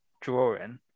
drawing